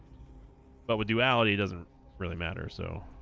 but with duality doesn't really matter so